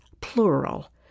plural